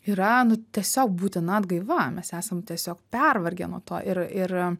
yra nu tiesiog būtina atgaiva mes esam tiesiog pervargę nuo to ir ir